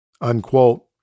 unquote